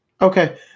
Okay